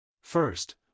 First